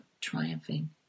triumphing